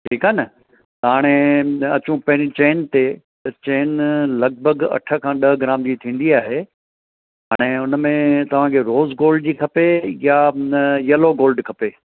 ठीकु आहे न त हाणे अचूं पहिरीं चेन ते त चेन लॻभॻि अठ खां ॾह ग्राम जी थींदी आहे हाणे उनमें तव्हांखे रोज़ गोल्ड जी या न यैलो गोल्ड खपे